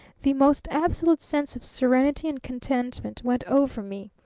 the most absolute sense of serenity and contentment went over me.